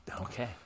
Okay